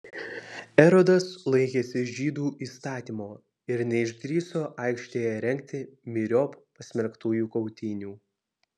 erodas laikėsi žydų įstatymo ir neišdrįso aikštėje rengti myriop pasmerktųjų kautynių